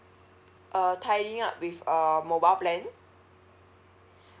uh tying with uh mobile plan